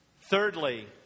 Thirdly